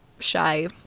shy